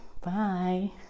Bye